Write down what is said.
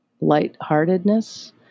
lightheartedness